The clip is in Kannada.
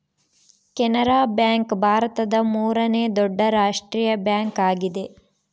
ಕೆನರಾ ಬ್ಯಾಂಕ್ ಭಾರತದ ಮೂರನೇ ದೊಡ್ಡ ರಾಷ್ಟ್ರೀಯ ಬ್ಯಾಂಕ್ ಆಗಿದೆ